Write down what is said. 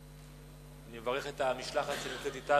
אני מברך את המשלחת שנמצאת אתנו,